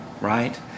right